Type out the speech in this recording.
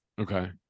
Okay